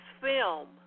film